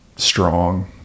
strong